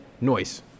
Noise